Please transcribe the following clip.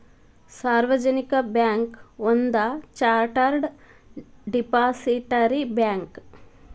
ಸಾರ್ವಜನಿಕ ಬ್ಯಾಂಕ್ ಒಂದ chartered depository bank